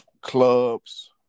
clubs